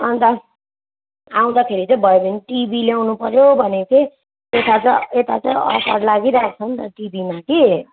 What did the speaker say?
अन्त आउँदाखेरि चाहिँ भयो भने टिभी ल्याउनुपर्यो भनेको थिएँ यता चाहिँ यता चाहिँ अफर लागिरहेको छ नि त टिभीमा कि